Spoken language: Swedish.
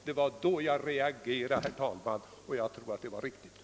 Det var då jag reagerade, herr talman, och som jag tror med rätta.